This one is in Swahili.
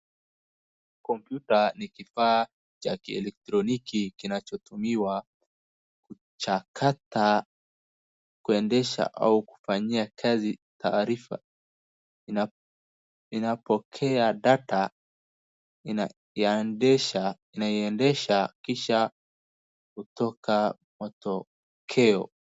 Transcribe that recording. kompyuta ni kifaa cha kielektroniki kinachotumiwa cha kata kuendesha au kufanyia kazi taarifa inapokea data inaiendesha kisha kutoka matokeo